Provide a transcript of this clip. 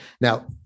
Now